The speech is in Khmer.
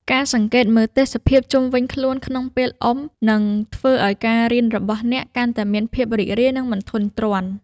ការសង្កេតមើលទេសភាពជុំវិញខ្លួនក្នុងពេលអុំ នឹងធ្វើឱ្យការរៀនរបស់អ្នកកាន់តែមានភាពរីករាយ និងមិនធុញទ្រាន់។